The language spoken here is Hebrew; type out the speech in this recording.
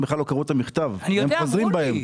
בכלל לא קראו את המכתב והם חוזרים בהם.